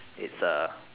is a